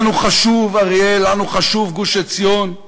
לנו חשובה אריאל, לנו חשוב גוש-עציון,